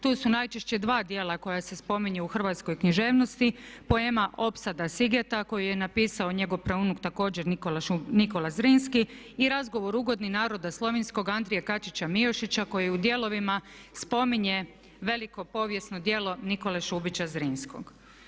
Tu su najčešće dva dijela koja se spominju u hrvatskoj književnosti poema "Opsada Sigeta" koju je napisao njegov praunuk također Nikola Zrinski i "Razgovor ugodni naroda slovinskoga" Andrije Kačića Miošića koji u dijelovima spominje veliko povijesno djelo Nikole Šubića Zrinskog.